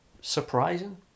surprising